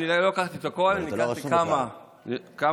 לא לקחתי את הכול, לקחתי כמה מוסדות.